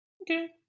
Okay